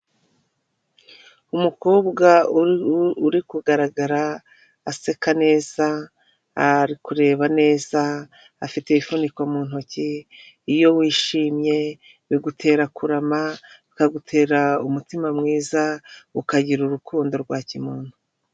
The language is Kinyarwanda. Umukobwa uri kugaragara aseka, ari kureba neza afite ibifuniko mu ntoki iyo wishimye bigutera kurama bikagutera umutima mwiza ukagira urukundo rwa kimuntu.